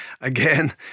again